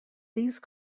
these